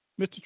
Mr